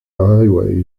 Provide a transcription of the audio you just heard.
highway